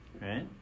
Right